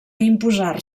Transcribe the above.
imposar